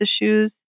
issues